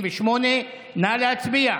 78. נא להצביע.